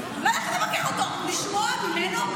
בכלא, ללכת לבקר אותו, לשמוע ממנו.